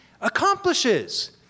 accomplishes